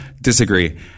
Disagree